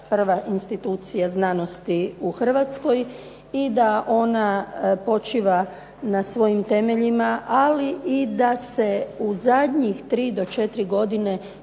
prva institucija znanosti u Hrvatskoj, i da ona počiva na svojim temeljima, ali i da se u zadnjih 3 do 4 godine